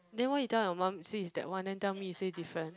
then why you tell your mum say it's that one then tell me you say different